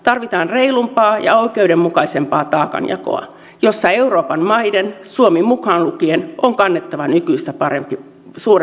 tarvitaan reilumpaa ja oikeudenmukaisempaa taakanjakoa jossa euroopan maiden suomi mukaan lukien on kannettava nykyistä suurempi vastuu